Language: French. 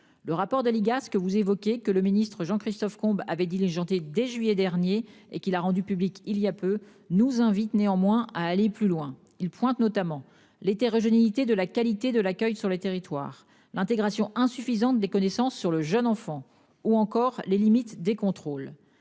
Le rapport de l'IGAS que vous évoquez que le ministre-Jean-Christophe Combe avait diligenté dès juillet dernier et qui l'a rendue publique il y a peu, nous invite néanmoins à aller plus loin. Il pointe notamment l'hétérogénéité de la qualité de l'accueil sur le territoire l'intégration insuffisante des connaissances sur le jeune enfant ou encore les limites des contrôles.